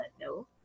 no